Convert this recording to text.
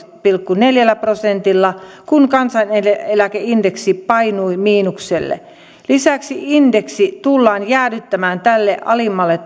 pilkku neljällä prosentilla kun kansaneläkeindeksi painui miinukselle lisäksi indeksi tullaan jäädyttämään tälle alemmalle